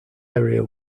area